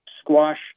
squash